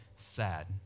sad